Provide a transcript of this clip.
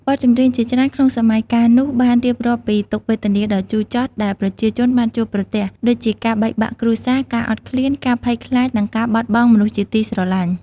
បទចម្រៀងជាច្រើនក្នុងសម័យកាលនោះបានរៀបរាប់ពី ទុក្ខវេទនាដ៏ជូរចត់ ដែលប្រជាជនបានជួបប្រទះ ដូចជាការបែកបាក់គ្រួសារ ការអត់ឃ្លាន ការភ័យខ្លាច និងការបាត់បង់មនុស្សជាទីស្រឡាញ់។